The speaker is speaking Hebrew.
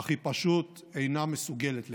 אך היא פשוט אינה מסוגלת לכך.